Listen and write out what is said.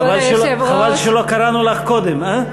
חבל שלא קראנו לך קודם, הא?